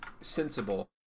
sensible